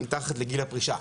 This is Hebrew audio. מתחת לגיל הפרישה.